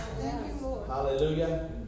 Hallelujah